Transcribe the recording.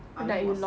mummy was